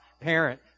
parent